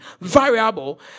variable